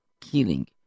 killing